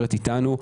נשארת אתנו.